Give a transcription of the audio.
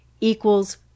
equals